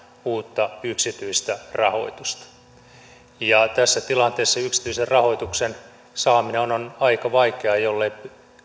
uutta yksityistä rahoitusta tässä tilanteessa yksityisen rahoituksen saaminen on on aika vaikeaa jollei